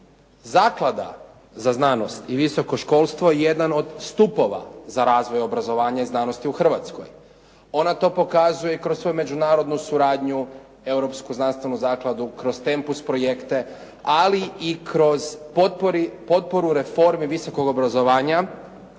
Zaklada za znanost i visoko školstvo je jedan od stupova za razvoj obrazovanja i znanosti u Hrvatskoj. Ona to pokazuje kroz svoju međunarodnu suradnju, europsku, znanstvenu zakladu, kroz tempus projekte ali i kroz potporu reforme visokog obrazovanja.